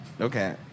Okay